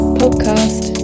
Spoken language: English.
podcast